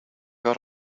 got